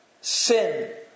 sin